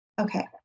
okay